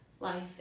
life